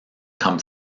come